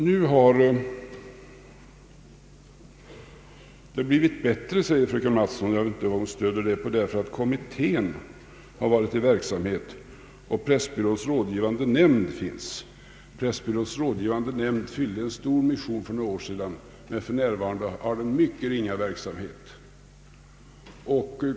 Nu har det blivit bättre, säger frö ken Mattson — och jag vet inte vad hon stöder det på — därför att kom mittén varit i verksamhet och Pressbyråns rådgivande nämnd finns. Pressbyråns rådgivande nämnd fyllde en stor mission för några år sedan, men för närvarande har den mycket ringa verksamhet.